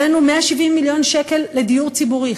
הבאנו 170 מיליון שקל לדיור ציבורי.